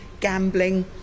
gambling